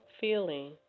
feeling